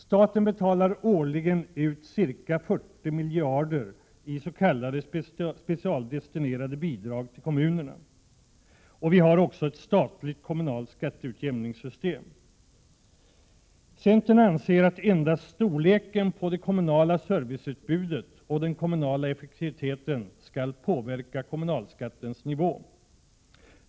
Staten betalar årligen ut ca 40 miljarder i s.k. specialdestinerade bidrag till kommunerna. Det finns också ett statligt kommunalskatteutjämningssystem. Centern anser att endast storleken på det kommunala serviceutbudet och den kommunala effektiviteten skall påverka kommunalskattens nivå.